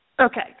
Okay